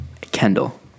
Kendall